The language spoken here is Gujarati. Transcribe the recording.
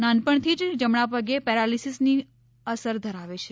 નાનપણ થી જ જમણા પગે પેરાલીસસની અસર ધરાવે છે